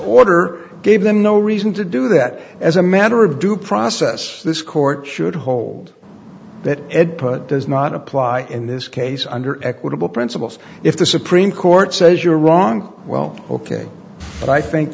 order gave them no reason to do that as a matter of due process this court should hold that ed put does not apply in this case under equitable principles if the supreme court says you're wrong well ok but i think